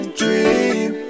dream